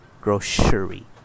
grocery